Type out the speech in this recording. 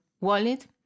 wallet